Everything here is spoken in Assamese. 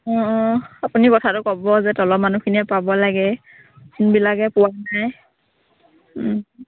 অঁ অঁ আপুনি কথাটো ক'ব যে তলৰ মানুহখিনিয়ে পাব লাগে যোনবিলাকে পোৱা নাই